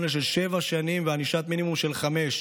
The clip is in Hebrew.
עונש של שבע שנים וענישת מינימום של חמש.